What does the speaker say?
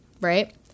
right